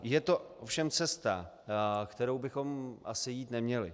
Je to ovšem cesta, kterou bychom asi jít neměli.